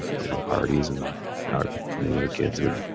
you know, parties and our neighborhood kids would,